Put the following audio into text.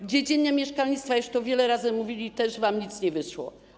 W dziedzinie mieszkalnictwa - już to wiele razy mówiono - też wam nic nie wyszło.